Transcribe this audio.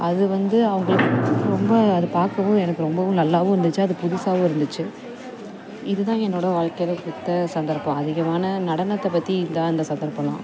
அது வந்து அவங்களுக்கு ரொம்ப அது பார்க்கவும் எனக்கு ரொம்பவும் நல்லாவும் இருந்துச்சு அது புதுசாகவும் இருந்துச்சு இது தான் என்னோட வாழ்க்கையில் கொடுத்த சந்தர்ப்பம் அதிகமான நடனத்தை பற்றி இதான் அந்த சந்தர்ப்பலாம்